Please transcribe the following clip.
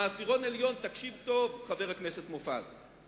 העשירון העליון, תקשיב טוב, חבר הכנסת מופז,